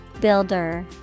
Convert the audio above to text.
Builder